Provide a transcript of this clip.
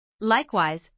Likewise